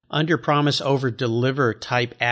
under-promise-over-deliver-type